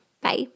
Bye